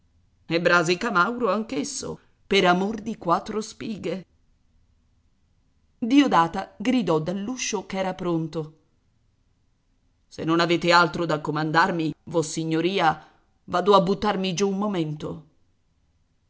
brasi camauro anch'esso per amor di quattro spighe diodata gridò dall'uscio ch'era pronto se non avete altro da comandarmi vossignoria vado a buttarmi giù un momento